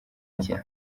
nshya